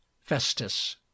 festus